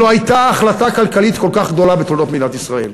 לא הייתה החלטה כלכלית כל כך גדולה בתולדות מדינת ישראל.